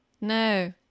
no